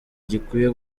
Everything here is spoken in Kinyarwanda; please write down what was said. gikwiye